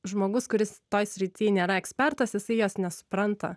žmogus kuris toj srity nėra ekspertas jisai jos nesupranta